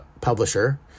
publisher